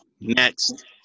Next